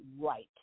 right